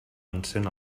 encén